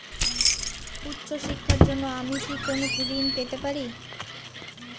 উচ্চশিক্ষার জন্য আমি কি কোনো ঋণ পেতে পারি?